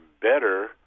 better